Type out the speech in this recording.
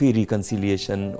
reconciliation